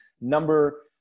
number